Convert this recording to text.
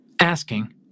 asking